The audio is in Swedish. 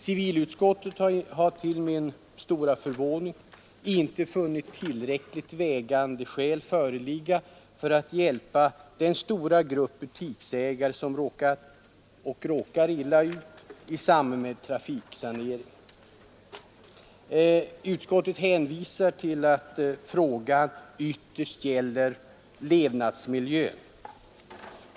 Civilutskottet har till min stora förvåning inte funnit tillräckligt vägande skäl föreligga för att hjälpa den stora grupp butiksägare som råkat eller råkar illa ut i samband med trafiksanering. Utskottet hänvisar till att frågan ytterst gäller levnadsmiljön.